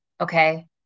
Okay